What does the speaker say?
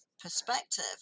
perspective